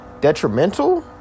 detrimental